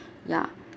ya